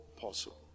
possible